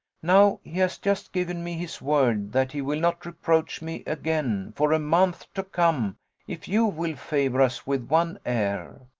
now he has just given me his word that he will not reproach me again for a month to come if you will favour us with one air.